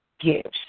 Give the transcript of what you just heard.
gifts